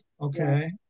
Okay